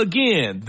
Again